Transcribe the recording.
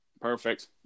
Perfect